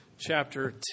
chapter